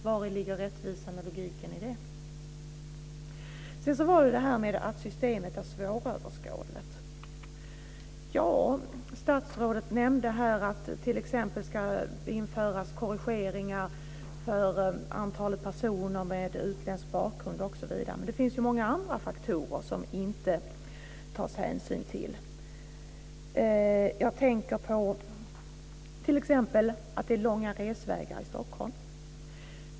Vari ligger rättvisan och logiken i det? Systemet är svåröverskådligt. Statsrådet nämnde att det t.ex. ska införas korrigeringar vad gäller antalet personer med utländsk bakgrund. Men det finns ju många andra faktorer som det inte tas hänsyn till. Jag tänker t.ex. på att det är långa resvägar i Stockholm.